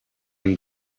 and